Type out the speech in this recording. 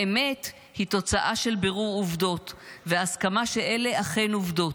האמת היא תוצאה של בירור עובדות והסכמה שאלה אכן עובדות,